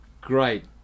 great